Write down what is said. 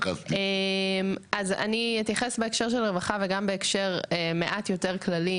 אז אני אתייחס בהקשר של רווחה וגם בהקשר מעט יותר כללי.